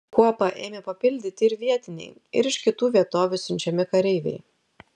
kuopą ėmė papildyti ir vietiniai ir iš kitų vietovių siunčiami kareiviai